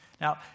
Now